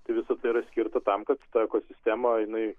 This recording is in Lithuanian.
tai visų pirma skirta tam kad ta ekosistema jinai